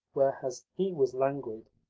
whereas he was languid,